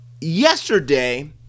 yesterday